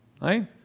Right